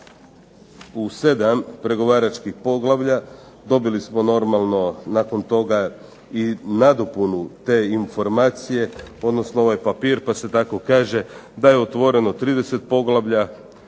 u 7 pregovaračkih poglavlja. Dobili smo normalno nakon toga i nadopunu te informacije, odnosno ovaj papir. Pa se tako kaže da je otvoreno 30 poglavlja,